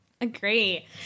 Agree